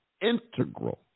integral